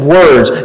words